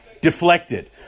deflected